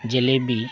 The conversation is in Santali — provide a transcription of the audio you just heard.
ᱡᱷᱤᱞᱟᱹᱯᱤ